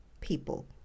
people